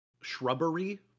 shrubbery